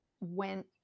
went